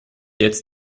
jetzt